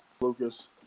Lucas